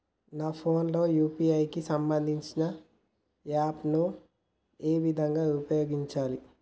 నా ఫోన్ లో యూ.పీ.ఐ కి సంబందించిన యాప్ ను ఏ విధంగా ఉపయోగించాలి?